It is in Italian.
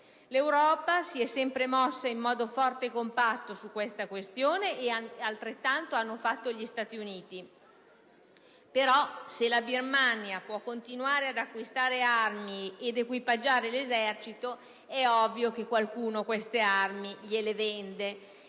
L'Europa si è sempre mossa in modo forte e compatto a proposito di tale questione e altrettanto hanno fatto gli Stati Uniti. Se però la Birmania può continuare ad acquistare armi e ad equipaggiare l'esercito, è ovvio che c'è qualcuno che le vende